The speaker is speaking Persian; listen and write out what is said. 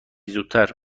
زودتر